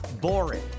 boring